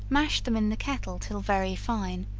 mash them in the kettle till very fine,